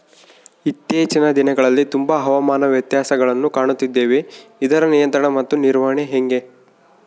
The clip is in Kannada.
ಇತ್ತೇಚಿನ ದಿನಗಳಲ್ಲಿ ತುಂಬಾ ಹವಾಮಾನ ವ್ಯತ್ಯಾಸಗಳನ್ನು ಕಾಣುತ್ತಿದ್ದೇವೆ ಇದರ ನಿಯಂತ್ರಣ ಮತ್ತು ನಿರ್ವಹಣೆ ಹೆಂಗೆ?